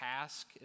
task